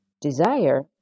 desire